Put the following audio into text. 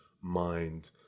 MIND